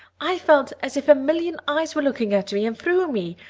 i felt as if a million eyes were looking at me and through me,